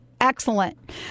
Excellent